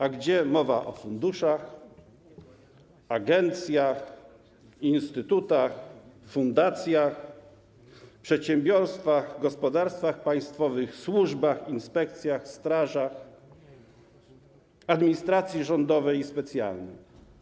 A gdzie mowa o funduszach, agencjach, instytutach, fundacjach, przedsiębiorstwach, gospodarstwach państwowych, służbach, inspekcjach, strażach, administracji rządowej i specjalnej?